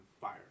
fire